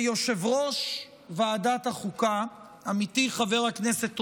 יושב-ראש ועדת החוקה, עמיתי חבר הכנסת רוטמן,